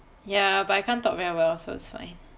ya but I can't talk very well so it's fine